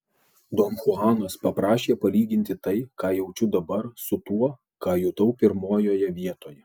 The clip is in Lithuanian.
don chuanas paprašė palyginti tai ką jaučiu dabar su tuo ką jutau pirmojoje vietoje